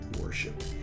worship